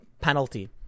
penalty